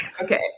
okay